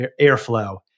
Airflow